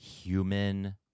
human